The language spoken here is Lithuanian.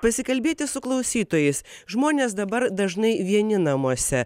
pasikalbėti su klausytojais žmonės dabar dažnai vieni namuose